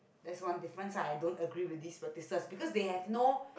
that's one difference lah I don't agree with this practises because they have no